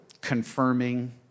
confirming